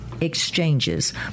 exchanges